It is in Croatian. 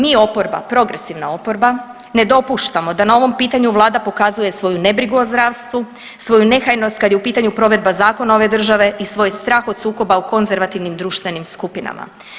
Mi oporba, progresivna oporba ne dopuštamo da na ovom pitanju vlada pokazuje svoju nebrigu o zdravstvu, svoju nehajnost kad je u pitanju provedba zakona ove države i svoj strah od sukoba u konzervativnim društvenim skupinama.